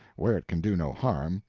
where it can do no harm,